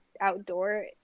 outdoor